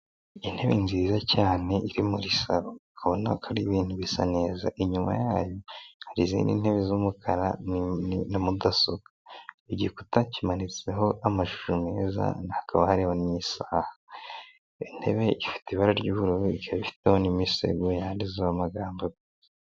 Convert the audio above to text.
Intebe nziza cyane iri muri saro urabona ko ari ibintu bisa neza inyuma yayo hari izindi ntebe z'umukara na mudasobwa igikuta kimanitsweho amashusho meza hakaba hariho n'isaha, intebe ifite ibara ry'ubururu ika ifite n'imisego yanditseho amagambo.